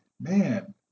man